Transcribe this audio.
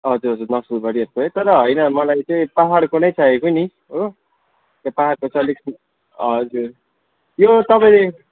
हजुर हजुर नक्सलबारीहरूको है तर होइन मलाईँ चाहिँ पाहाडको नै चाहिएको नि हो पाहाडको चाहिँ अलिक हजुर यो तपाईँले